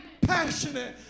passionate